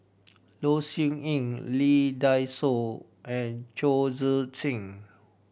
Low Siew Nghee Lee Dai Soh and Chong Tze Chien